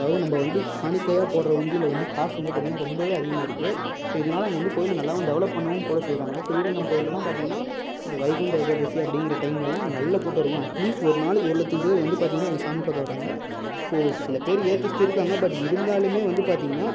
அதாவது நம்ப வந்து காணிக்கையாக போடுற உண்டியல் வந்து காசு வந்து பார்த்தீங்கன்னா ரொம்பவே அதிகமாக இருக்கு ஸோ இதனால் அவங்க வந்து கோயில் நல்லாவும் டெவலப் பண்ணவும் கூட செய்யறாங்க ஸ்ரீரங்கம் கோயில் எல்லாம் பார்த்தீங்கன்னா இந்த வைகுண்ட ஏகாதசி அப்படிங்கிற டைம்ல எல்லாம் நல்ல கூட்டம் இருக்கும் அட்லீஸ்ட் ஒரு நாளைக்கி ஒரு லட்சம் பேர் வந்து பார்த்தீங்கன்னா அங்கே சாமி பார்க்க வராங்க ஸோ சில பேர் ஏத்திஸ்ட் இருக்காங்க பட் இருந்தாலுமே வந்து பார்த்தீங்கன்னா